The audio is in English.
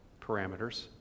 parameters